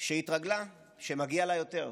שהתרגלה שמגיע לה יותר,